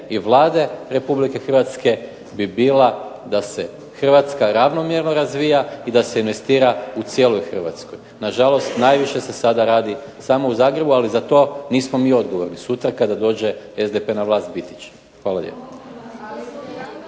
i Vlade Republike Hrvatske bi bila da se Hrvatska ravnomjerno razvija i da se investira u cijeloj Hrvatskoj. Nažalost, najviše se sada radi samo u Zagrebu, ali za to nismo mi odgovorni. Sutra kada dođe SDP na vlast, biti će. Hvala lijepo.